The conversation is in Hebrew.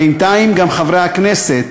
בינתיים גם חברי הכנסת,